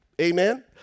Amen